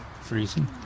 freezing